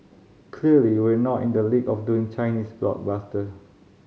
clearly we're not in the league of doing Chinese blockbusters